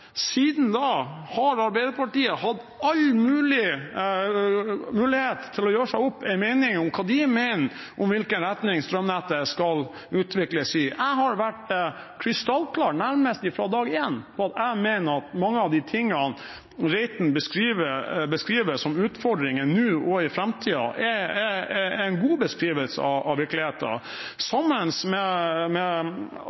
Siden da har Arbeiderpartiet hatt alle muligheter til å gjøre seg opp en mening om hvilken retning strømnettet skal utvikles i. Jeg har vært krystallklar nærmest fra dag én på at jeg mener at mye av det Reiten-utvalget beskriver som utfordringer nå og i framtiden, er en god beskrivelse av